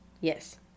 Yes